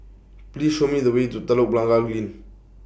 Please Show Me The Way to Telok Blangah Green